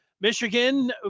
Michigan